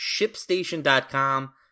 ShipStation.com